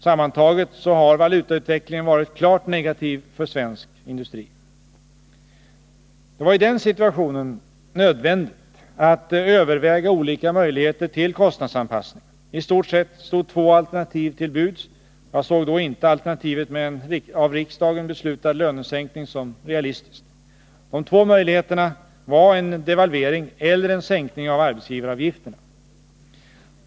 Sammantaget har valutautvecklingen varit klart negativ för svensk industri. Det var i den situationen nödvändigt att överväga olika möjligheter till kostnadsanpassning. I stort sett stod två alternativ till buds. Jag såg då inte alternativet med en av riksdagen beslutad lönesänkning som realistiskt. De två möjligheterna var en devalvering eller en sänkning av arbetsgivaravgifterna.